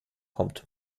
kommt